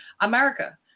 America